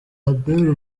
ambera